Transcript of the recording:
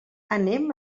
anem